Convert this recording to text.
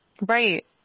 Right